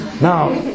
Now